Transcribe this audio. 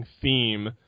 theme